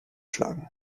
schlagen